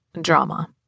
drama